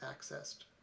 accessed